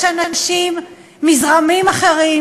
יש אנשים מזרמים אחרים,